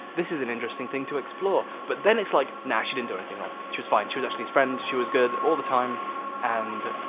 this is an interesting thing to explore, but then it's like nah, she didn't do anything wrong, she was fine. she was actually friend. she was good all the time and.